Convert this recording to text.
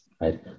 Right